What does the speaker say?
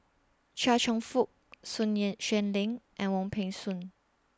Chia Cheong Fook Sun Xueling and Wong Peng Soon